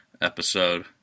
episode